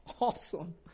awesome